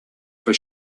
for